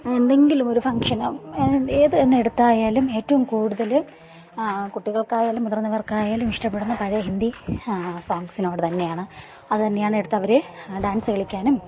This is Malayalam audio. എന്തെങ്കിലും ഒരു ഫങ്ഷന് ഏത് തന്നെ എടുത്തായാലും ഏറ്റവും കൂടുതൽ കുട്ടികൾക്ക് ആയാലും മുതിർന്നവർക്ക് ആയാലും ഇഷ്ടപ്പെടുന്നത് പഴയ ഹിന്ദി സോങ്സിനോടുതന്നെയാണ് അത് തന്നെ എടുത്ത് അവർ ഡാൻസ് കളിക്കാനും